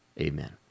amen